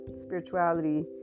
spirituality